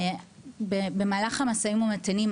במהלך המשאים והמתנים,